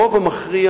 הרוב המכריע